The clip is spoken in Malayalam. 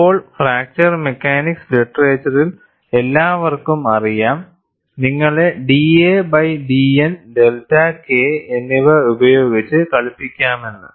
ഇപ്പോൾ ഫ്രാക്ചർ മെക്കാനിക്സ് ലിറ്ററേച്ചറിൽ എല്ലാവർക്കും അറിയാം നിങ്ങളെ da by dN delta K എന്നിവ ഉപയോഗിച്ച് കളിപ്പിക്കാമെന്ന്